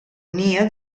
nia